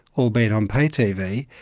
albeit on pay-tv,